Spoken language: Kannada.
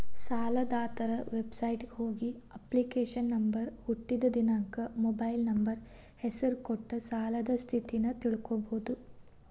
ಸಾಲದಾತರ ವೆಬಸೈಟ್ಗ ಹೋಗಿ ಅಪ್ಲಿಕೇಶನ್ ನಂಬರ್ ಹುಟ್ಟಿದ್ ದಿನಾಂಕ ಮೊಬೈಲ್ ನಂಬರ್ ಹೆಸರ ಕೊಟ್ಟ ಸಾಲದ್ ಸ್ಥಿತಿನ ತಿಳ್ಕೋಬೋದು